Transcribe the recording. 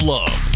Love